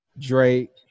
Drake